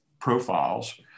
profiles